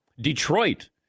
Detroit